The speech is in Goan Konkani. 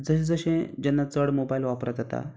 जशें जशें जेन्ना चड मोबायल वापरप जाता